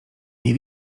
nie